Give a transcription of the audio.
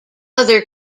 other